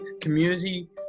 community